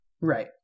Right